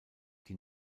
die